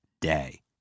day